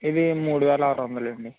ఇది మూడు వేల ఆరు వందలు అండి